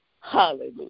Hallelujah